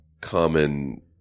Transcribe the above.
common